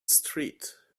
street